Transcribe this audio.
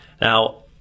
Now